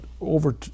over